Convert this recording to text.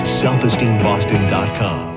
selfesteemboston.com